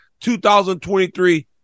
2023